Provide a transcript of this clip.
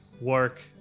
work